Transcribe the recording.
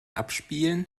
abspielen